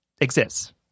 exists